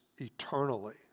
eternally